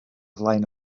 flaen